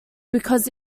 because